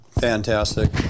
Fantastic